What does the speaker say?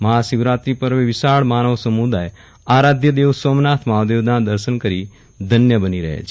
મહાશિવરાત્રિ પર્વે વિશાળ માનવ સમુદાય આરાધ્ય દેવ સોમનાથ મહાદેવના દર્શન કરી ધન્ય બની રહેલ છે